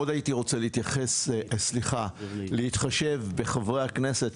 אני מאוד הייתי רוצה להתחשב בחברי הכנסת,